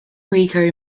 rico